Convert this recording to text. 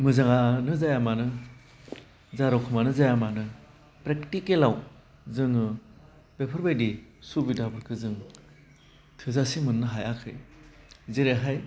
मोजाङानो जाया मानो जा रख'मानो जाया मानो प्रेकटिकेलाव जोङो बेफोरबायदि सुबिदाफोरखौ जों थोजासे मोन्नो हायाखै जेरैहाय